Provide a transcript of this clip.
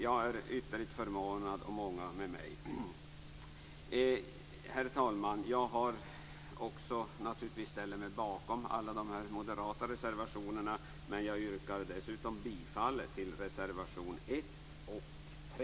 Jag är ytterligt förvånad och många med mig. Herr talman! Jag ställer mig naturligtvis också bakom alla de moderata reservationerna, men jag yrkar dessutom bifall till reservationerna 1 och 3.